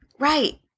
Right